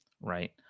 Right